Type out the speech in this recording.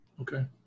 Okay